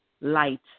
light